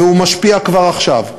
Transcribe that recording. והוא משפיע כבר עכשיו.